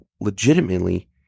legitimately